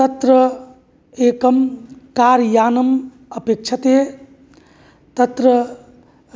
तत्र एकं कार्यानम् अपेक्ष्यते तत्र